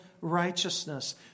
righteousness